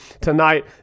tonight